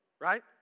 right